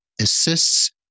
assists